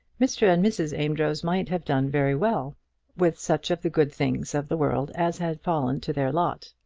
mr. and mrs. amedroz might have done very well with such of the good things of the world as had fallen to their lot.